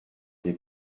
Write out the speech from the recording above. des